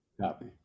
Copy